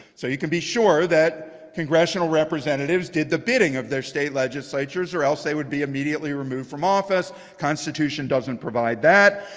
so you can be sure that congressional representatives did the bidding of their state legislatures, or else they would be immediately removed from office. the constitution doesn't provide that.